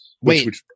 Wait